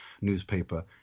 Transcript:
newspaper